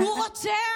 הוא רוצח.